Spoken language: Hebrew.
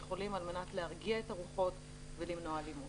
יכולים על מנת להרגיע את הרוחות ולמנוע אלימות.